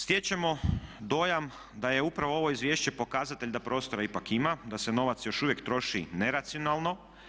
Stječemo dojam da je upravo ovo izvješće pokazatelj da prostora ipak ima, da se novac još uvijek troši neracionalno.